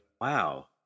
Wow